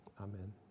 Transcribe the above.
amen